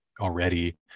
already